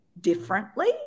differently